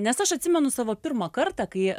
nes aš atsimenu savo pirmą kartą kai